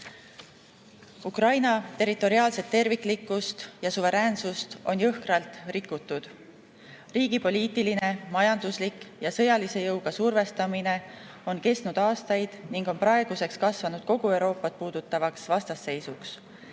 territoriaalset terviklikkust ja suveräänsust on jõhkralt rikutud. Riigi poliitiline, majanduslik ja sõjalise jõuga survestamine on kestnud aastaid ning on praeguseks kasvanud kogu Euroopat puudutavaks vastasseisuks.